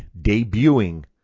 debuting